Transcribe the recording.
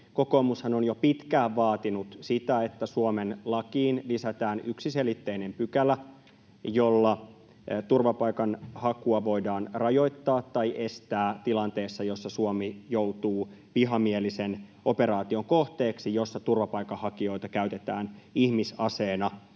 Kokoomushan on jo pitkään vaatinut sitä, että Suomen lakiin lisätään yksiselitteinen pykälä, jolla turvapaikanhakua voidaan rajoittaa tai estää tilanteessa, jossa Suomi joutuu vihamielisen operaation kohteeksi, jossa turvapaikanhakijoita käytetään ihmisaseena